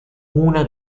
una